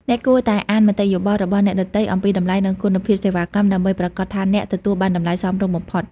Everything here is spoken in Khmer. អ្នកគួរតែអានមតិយោបល់ របស់អ្នកដទៃអំពីតម្លៃ និងគុណភាពសេវាកម្ម ដើម្បីប្រាកដថាអ្នកទទួលបានតម្លៃសមរម្យបំផុត។